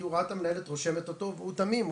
כי הוא ראה את המנהלת רושמת אותו והוא תמים,